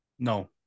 No